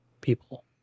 people